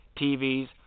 TVs